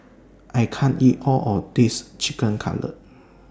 I can't eat All of This Chicken Cutlet